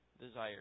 desired